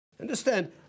Understand